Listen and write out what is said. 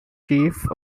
chief